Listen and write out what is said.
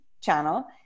channel